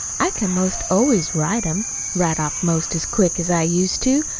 i can most always write em right off most as quick as i used to.